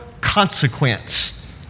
consequence